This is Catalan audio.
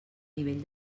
nivell